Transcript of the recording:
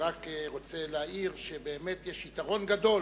אני רק רוצה להעיר שבאמת יש יתרון גדול